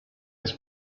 his